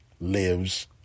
lives